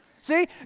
See